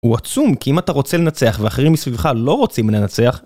הוא עצום כי אם אתה רוצה לנצח ואחרים מסביבך לא רוצים לנצח